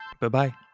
bye-bye